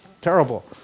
terrible